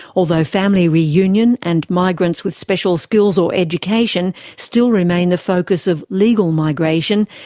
although family reunion and migrants with special skills or education still remain the focus of legal migration,